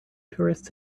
tourists